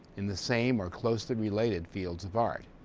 in the same or closely related fields of art.